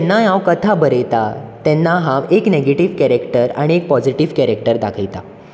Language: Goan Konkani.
सो जेन्नाय हांव कथा बरयता तेन्ना हांव एक नॅगेटीव्ह कॅरेक्टर आनी एक पॉजीटीव्ह कॅरेक्टर दाखयतां